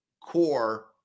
core